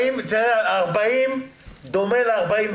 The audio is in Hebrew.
40 דומה ל-41.